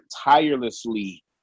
tirelessly